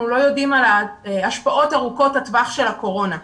לא יודעים על השפעות ארוכות הטווח של הקורונה.